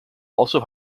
also